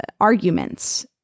arguments